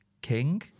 king